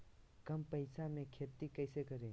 कम पैसों में खेती कैसे करें?